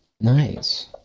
Nice